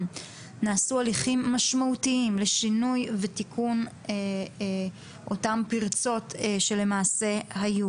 נעשו הליכים משמעותיים לשינוי ולתיקון אותן פרצות שהיו.